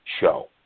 show